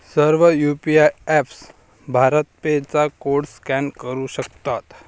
सर्व UPI apps BharatPe चा code scan करू शकतात